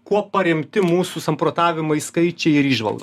kuo paremti mūsų samprotavimai skaičiai ir įžvalgos